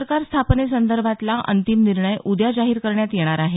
सरकार स्थापने संदर्भातील अंतिम निर्णय उद्या जाहीर करण्यात येणार आहे